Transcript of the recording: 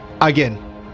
Again